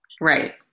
Right